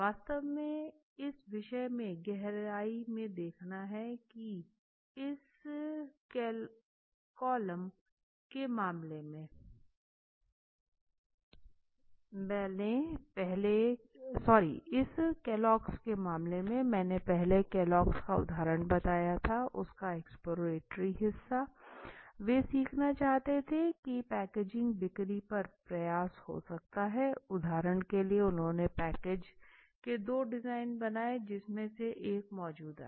वास्तव में इस विषय में गहरी देखना है इस केलॉग के मामले है पहले मैंने केलॉग का उदाहरण बताया उसका एक्सप्लोरेटरी हिस्सा वे सीखना चाहते थे की पैकेजिंग बिक्री पर प्रयास हो सकता है उदाहरण के लिए उन्होंने पैकेज के दो डिजाइन बनाए जिनमें से एक मौजूदा है